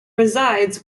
resides